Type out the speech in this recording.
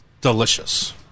delicious